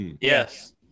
yes